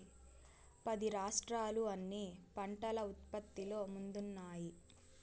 పది రాష్ట్రాలు అన్ని పంటల ఉత్పత్తిలో ముందున్నాయి